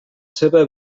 seva